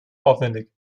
aufwendig